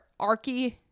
Arky